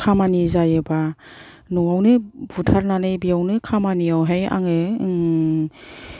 खामानि जायोबा न'आवनो बुथारनानै बेयावनो खामानियावहाय आङो